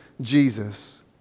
Jesus